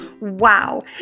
Wow